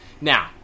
now